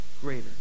greater